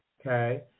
okay